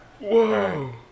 Whoa